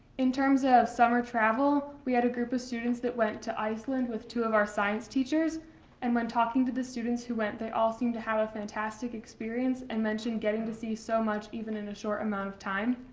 in terms of summer travel, we had a group of students that went to iceland with two of our science teachers and when talking to the students who went they all seemed to have a fantastic experience and mentioned getting to see so much, even in the short amount of time.